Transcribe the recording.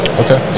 okay